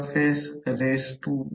5 2 4 2 दिले जाते ते येथे 3 आहे